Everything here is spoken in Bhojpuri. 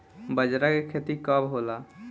बजरा के खेती कब होला?